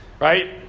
Right